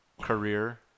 career